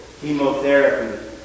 chemotherapy